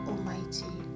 Almighty